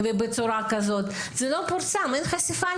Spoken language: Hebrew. זה לא פורסם, אין לזה חשיפה.